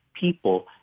people